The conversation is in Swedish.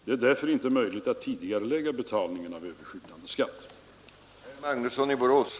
Det är därför inte möjligt att tidigarelägga betalningen av överskjutande skatt.